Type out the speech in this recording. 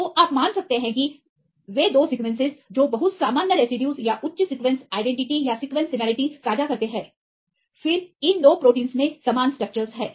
तो आप मान सकते हैं कि वे 2 सीक्वेंस जो बहुत सामान्य रेसिड्यूज या उच्च सीक्वेंस आईडेंटिटी या सीक्वेंस सिमिलरिटी साझा करते हैं फिर इन 2 प्रोटीनों में समान स्ट्रक्चर्स हैं